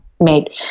made